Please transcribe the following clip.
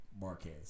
Marquez